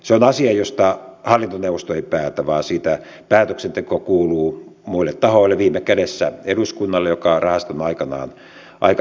se on asia josta hallintoneuvosto ei päätä vaan siitä päätöksenteko kuuluu muille tahoille viime kädessä eduskunnalle joka rahaston on aikanaan perustanut